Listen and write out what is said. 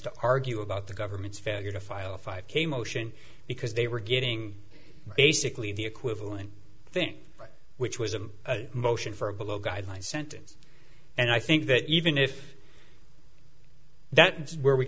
to argue about the government's failure to file a five k motion because they were getting basically the equivalent thing which was a motion for a below guideline sentence and i think that even if that is where we